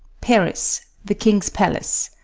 paris. the king's palace